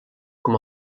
com